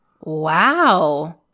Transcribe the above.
Wow